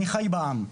אני חי בעם,